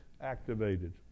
activated